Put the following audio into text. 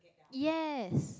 yes